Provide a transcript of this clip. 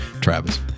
Travis